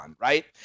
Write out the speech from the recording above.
right